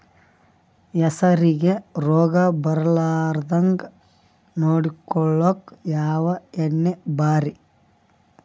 ಹೆಸರಿಗಿ ರೋಗ ಬರಲಾರದಂಗ ನೊಡಕೊಳುಕ ಯಾವ ಎಣ್ಣಿ ಭಾರಿ?